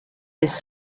this